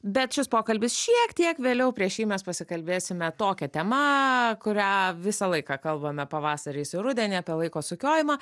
bet šis pokalbis šiek tiek vėliau prieš jį mes pasikalbėsime tokia tema kurią visą laiką kalbame pavasariais ir rudenį apie laiko sukiojimą